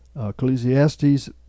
Ecclesiastes